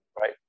right